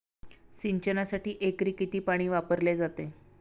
सिंचनासाठी एकरी किती पाणी वापरले जाते?